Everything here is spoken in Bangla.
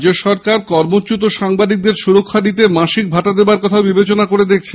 রাজ্য সরকার কর্মচ্যুত সাংবাদিকদের সুরক্ষা দিতে মাসিক ভাতা দেওয়ার কথা বিবেচনা করে দেখছে